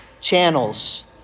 channels